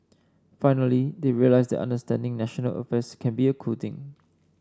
finally they realise that understanding national affairs can a cool thing